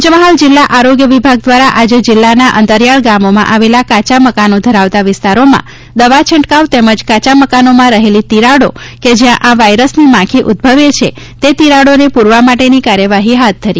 પંચમહાલ જીલ્લા આરોગ્ય વિભાગ દ્વારા આજે જીલ્લાના અંતરિયાળ ગામોમાં આવેલા કાચા મકાનો ધરાવતા વિસ્તારોમાં દવા છંટકાવ તેમજ કાચા મકાનોમાં રહેલી તિરાડો કે જ્યાં આ વાયરસની માખી ઉદભવે છે તે તિરાડોને પુરવા માટેની કાર્યવાહી હાથ ધરી હતી